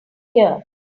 here